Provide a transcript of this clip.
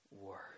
word